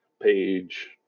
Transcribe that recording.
page